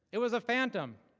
it was a phantom.